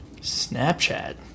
Snapchat